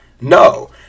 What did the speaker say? No